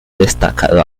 destacado